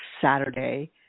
Saturday